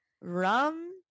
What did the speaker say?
rum